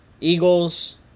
Eagles